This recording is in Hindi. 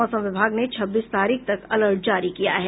मौसम विभाग ने छब्बीस तारीख तक अलर्ट जारी किया है